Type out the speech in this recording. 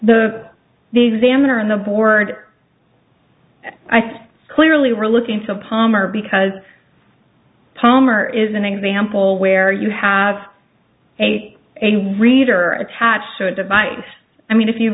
the the examiner on the board i think clearly we're looking to palmer because palmer is an example where you have a a reader attached to a device i mean if you